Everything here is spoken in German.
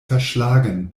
verschlagen